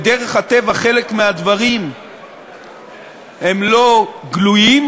מדרך הטבע חלק מהדברים הם לא גלויים,